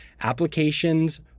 applications